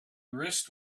wrist